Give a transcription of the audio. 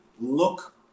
look